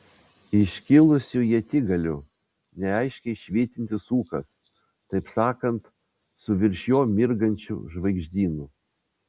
iškilusių ietigalių neaiškiai švytintis ūkas taip sakant su virš jo mirgančiu žvaigždynu